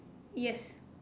yes